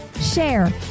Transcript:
share